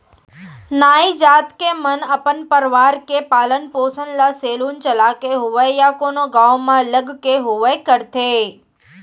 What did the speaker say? नाई जात के मन अपन परवार के पालन पोसन ल सेलून चलाके होवय या कोनो गाँव म लग के होवय करथे